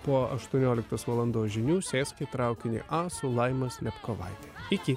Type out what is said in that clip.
po aštuonioliktos valandos žinių sėsk į traukinį a su laima slepkovaite iki